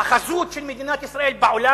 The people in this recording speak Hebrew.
החזות של מדינת ישראל בעולם,